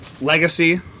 Legacy